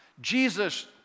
Jesus